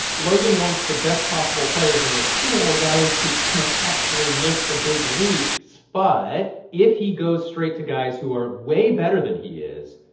logan wants the best possible players in his pool guys who can actually make the big leagues but if he goes straight to guys who are way better than he is,